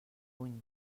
puny